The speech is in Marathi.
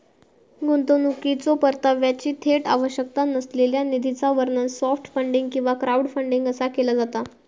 गुंतवणुकीच्यो परताव्याची थेट आवश्यकता नसलेल्या निधीचा वर्णन सॉफ्ट फंडिंग किंवा क्राऊडफंडिंग असा केला जाता